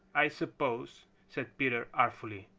i suppose, said peter artfully,